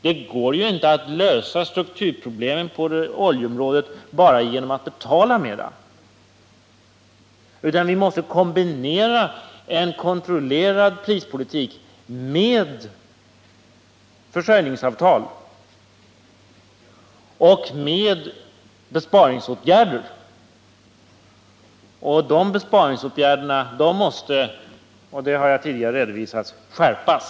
Det går ju inte att lösa strukturproblemen på oljeområdet bara genom att betala mera, utan vi måste kombinera en kontrollerad prispolitik med försörjningsavtal och med besparingsåtgärder. De besparingsåtgärderna måste — och det har jag tidigare redovisat — skärpas.